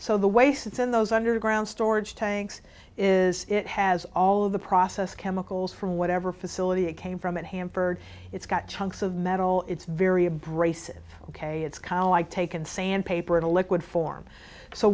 so the waste it's in those underground storage tanks is it has all of the process chemicals from whatever facility it came from and hampered it's got chunks of metal it's very abrasive ok it's calm like taken sandpaper in a liquid form so